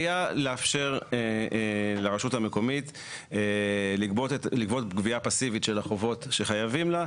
הייתה לאפשר לרשות המקומית לגבות גבייה פאסיבית של החובות שחייבים לה,